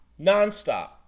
Nonstop